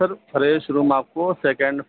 سر fresh room آپ کو second